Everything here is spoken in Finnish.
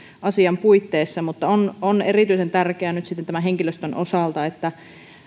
asian puitteissa mutta on on erityisen tärkeää nyt sitten tämän henkilöstön osalta että